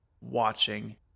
watching